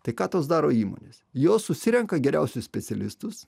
tai ką tos daro įmonės jos susirenka geriausius specialistus